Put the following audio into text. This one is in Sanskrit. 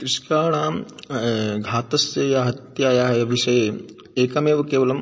कृषकाणां घातस्य या हत्यायाः विषये एकमेव केवलं